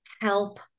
help